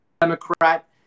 Democrat